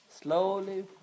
Slowly